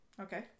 Okay